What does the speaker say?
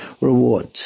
reward